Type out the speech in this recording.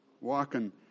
Walking